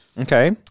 Okay